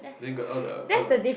they got all the all the